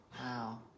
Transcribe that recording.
Wow